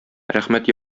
рәхмәт